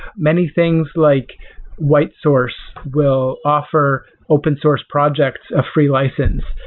many things like whitesource will offer open source projects of free license.